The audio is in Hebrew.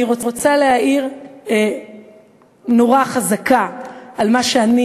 אני רוצה להאיר נורה חזקה על מה שאני